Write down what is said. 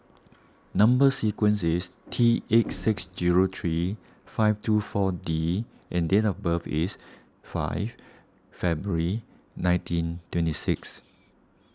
Number Sequence is T eight six zero three five two four D and date of birth is five February nineteen twenty six